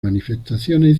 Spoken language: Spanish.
manifestaciones